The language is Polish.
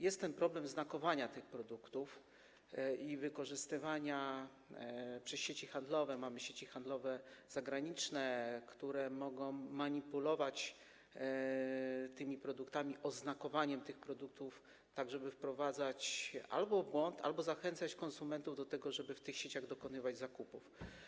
Jest ten problem znakowania tych produktów i wykorzystywania przez sieci handlowe, mamy sieci handlowe zagraniczne, które mogą manipulować tymi produktami, oznakowaniem tych produktów, tak żeby wprowadzać w błąd albo zachęcać konsumentów do tego, żeby w tych sieciach dokonywać zakupów.